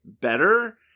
better